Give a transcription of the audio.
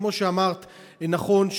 כמו שאמרת נכון,